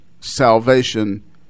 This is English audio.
salvation